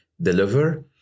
deliver